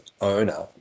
owner